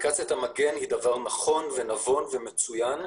האפליקציה הזאת היא דבר נכון ונבון ומצוין,